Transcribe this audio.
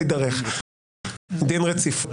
דין רציפות,